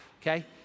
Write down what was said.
okay